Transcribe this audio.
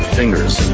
fingers